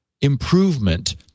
improvement